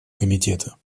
комитета